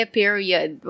period